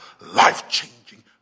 life-changing